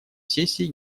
сессии